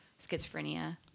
schizophrenia